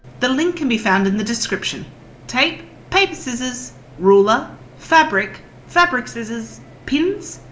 the link can be found in the description tape. paper scissors. ruler. fabric. fabric scissors. pins.